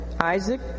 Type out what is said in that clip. Isaac